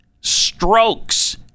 strokes